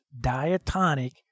diatonic